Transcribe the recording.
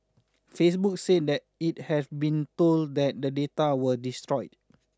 Facebook said that it have been told that the data were destroyed